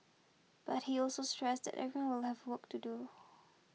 but he also stressed that every will have work to do